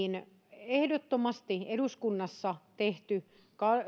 ehdottomasti aikoinaan eduskunnassa tehty